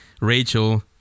Rachel